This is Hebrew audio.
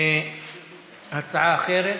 הצעה אחרת?